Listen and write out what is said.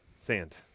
sand